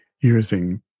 using